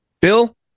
Bill